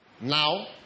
Now